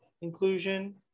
inclusion